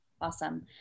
Awesome